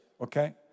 okay